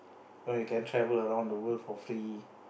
you know you can travel around the world for free